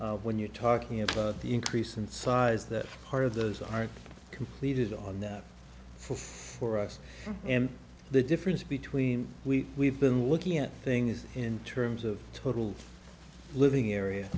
table when you're talking about the increase in size that part of those are completed on the fourth for us and the difference between we we've been looking at things in terms of total living area